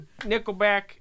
Nickelback